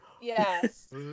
Yes